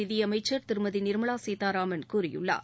நிதியமைச்சர் திருமதி நிர்மலா சீதாராமன் கூறியுள்ளார்